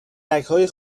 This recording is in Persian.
رگهای